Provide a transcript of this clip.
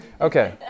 okay